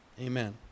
Amen